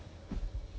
recurrent